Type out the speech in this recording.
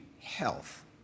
health